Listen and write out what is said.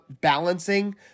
balancing